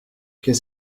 qu’est